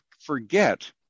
forget